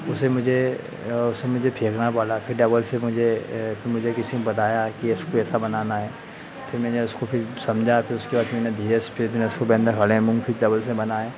उसे मुझे उसे मुझे फेंकना पड़ा फिर डबल से मुहे मुझे फिर किसी ने बताया कि इसको ऐसा बनाना है फिर मैंने उसको समझा फिर उसके बाद मैंने धीरे से फिर उसके अंदर खड़े मूँग फिर डबल से बनाए